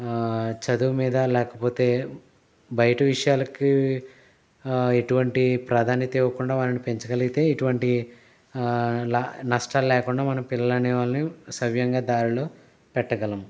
చదువు మీద లేకపోతే బయట విషయాలకి ఎటువంటి ప్రాధాన్యత ఇవ్వకుండా వారిని పెంచగలిగితే ఎటువంటి నష్టాలు లేకుండా మన పిల్లలనేవాల్ని సవ్యంగా దారిలో పెట్టగలం